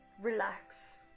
Relax